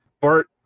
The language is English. Bart